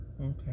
Okay